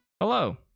Hello